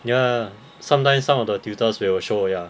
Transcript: ya sometimes some of the tutors will show ya